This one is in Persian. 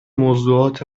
موضوعات